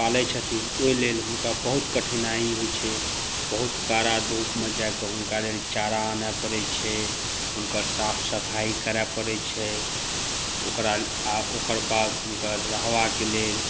पालय छथिन ओहिलेल हुनका बहुत कठिनाइ होइत छै बहुत कड़ा धूपमे जाइकऽ हुनका लेल चारा आनय पड़ैत छै हुनकर साफ सफाइ करय पारैत छै आ ओकर बाद हुनकर रहबाक लेल